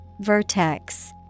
Vertex